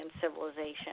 civilization